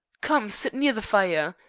come, sit near the fire.